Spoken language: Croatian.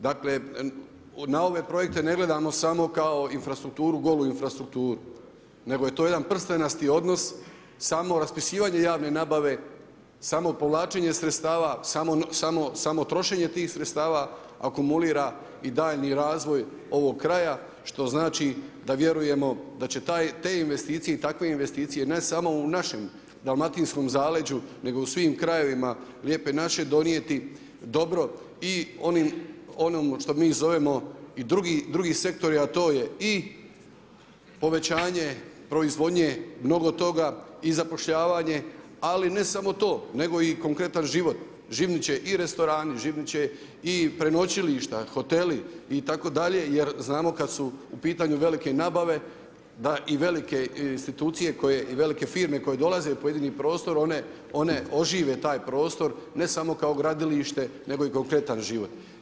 Dakle, na ove projekte ne gledamo samo kao infrastrukturu, golu infrastrukturu, nego je to jedan prstenasti odnos, samo raspisivanje javne nabave, samo povlačenje sredstava, samo trošenje tih sredstava akumulira i daljnji razvoj ovog kraja što znači da vjerujemo da će te investicije ne samo u našem dalmatinskom zaleđu nego u svim krajevima Lijepe naše donijeti dobro i onom što mi zovemo drugi sektori a to je i povećanje proizvodnje mnogo toga i zapošljavanje, ali ne samo to nego i konkretan život, živnut će i restorani, živnut će i prenoćilišta, hoteli itd. jer znamo kad su u pitanju velike nabave da i velike institucije i velike firme koje dolaze u pojedini prostor, one ožive taj prostor ne samo kao gradilište nego i konkretan život.